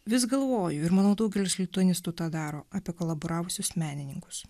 vis galvoju ir manau daugelis lituanistų tą daro apie kolaboravusius menininkus